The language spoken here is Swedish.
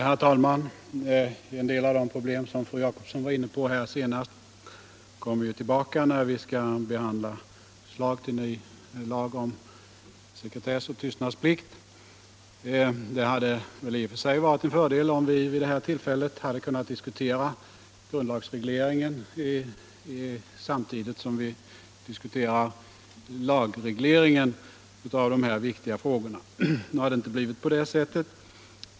Herr talman! En del av de problem som fru Jacobsson var inne på får vi behandla i samband med förslaget till ny lag om sekretess och tystnadsplikt. Det hade i och för sig varit en fördel om vi hade kunnat diskutera grundlagsregleringen samtidigt som vi diskuterar lagregleringen av dessa viktiga frågor. Nu har det inte blivit på det sättet.